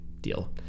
Deal